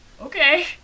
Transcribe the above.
okay